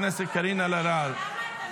אבל כבר אמרתי לך --- אחרי זה.